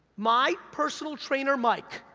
my personal trainer, mike,